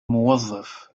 موظف